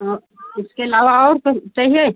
औ इसके अलावा और कुछ चाहिए